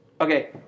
okay